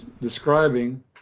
describing